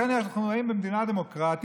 לכן אנחנו חיים במדינה דמוקרטית,